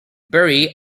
bury